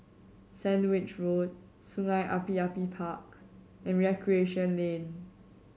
Sandwich Road Sungei Api Api Park and Recreation Lane